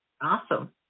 Awesome